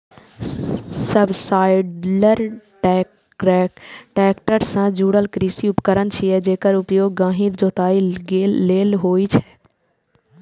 subsoiler tractor सं जुड़ल कृषि उपकरण छियै, जेकर उपयोग गहींर जोताइ लेल होइ छै